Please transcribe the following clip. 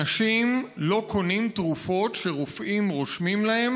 אנשים לא קונים תרופות שרופאים רושמים להם